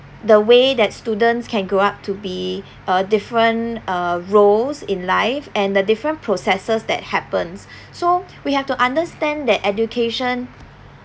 the way that students can grow up to be a different uh roles in life and the different processes that happens so we have to understand that education